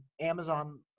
Amazon